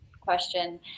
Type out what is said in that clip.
question